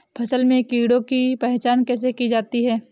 फसल में कीड़ों की पहचान कैसे की जाती है?